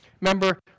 remember